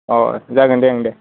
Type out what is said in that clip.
अ जागोन दे ओं दे